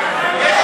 תגיד,